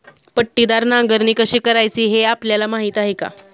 पट्टीदार नांगरणी कशी करायची हे आपल्याला माहीत आहे का?